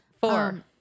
Four